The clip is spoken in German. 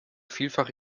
vielfach